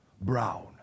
brown